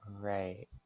right